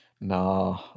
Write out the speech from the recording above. No